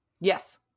Yes